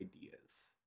ideas